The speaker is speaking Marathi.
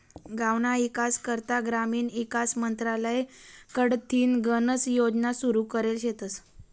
गावना ईकास करता ग्रामीण ईकास मंत्रालय कडथीन गनच योजना सुरू करेल शेतस